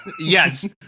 Yes